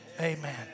Amen